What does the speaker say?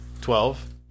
Twelve